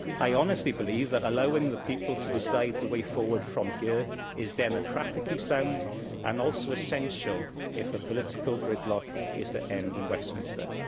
i honestly believe that allowing the people to decide the way forward from here is democratically sound and also essential if the political gridlock is to end in westminster.